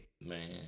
Man